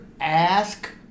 Ask